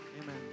Amen